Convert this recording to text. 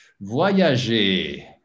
Voyager